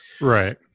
Right